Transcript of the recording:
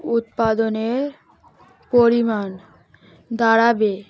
উৎপাদনের পরিমাণ দাঁড়াবে